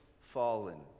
fallen